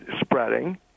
spreading